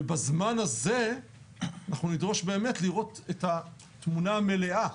ובזמן הזה אנחנו נדרוש באמת לראות את התמונה המלאה.